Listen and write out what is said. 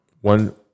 One